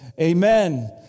Amen